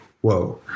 whoa